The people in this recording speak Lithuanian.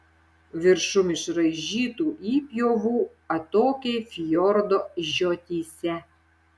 viršum išraižytų įpjovų atokiai fjordo žiotyse